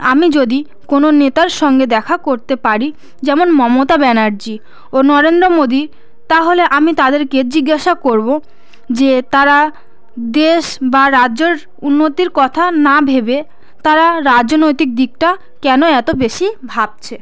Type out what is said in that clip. আমি যদি কোনও নেতার সঙ্গে দেখা করতে পারি যেমন মমতা ব্যানার্জি ও নরেন্দ্র মোদি তাহলে আমি তাদেরকে জিজ্ঞাসা করবো যে তারা দেশ বা রাজ্যর উন্নতির কথা না ভেবে তারা রাজনৈতিক দিকটা কেন এতো বেশি ভাবছে